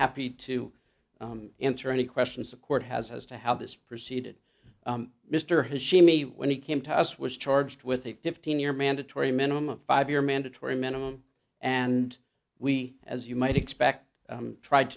happy to enter any questions the court has as to how this proceeded mr hashemi when he came to us was charged with a fifteen year mandatory minimum of five year mandatory minimum and we as you might expect tried